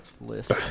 list